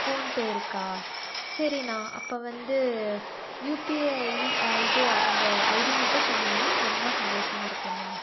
phone பே இருக்கா சரிண்ணா அப்போ வந்து யூபிஐ இது அந்த ஐடி மட்டும் சொன்னீங்கன்னா ரொம்ப சந்தோஷமாக இருக்கு அண்ணா